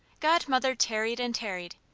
godmother tarried and tarried,